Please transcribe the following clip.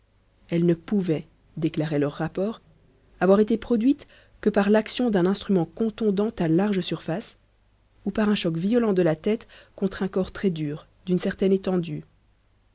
elle ne pouvait déclarait leur rapport avoir été produite que par l'action d'un instrument contondant à large surface ou par un choc violent de la tête contre un corps très dur d'une certaine étendue